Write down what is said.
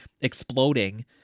exploding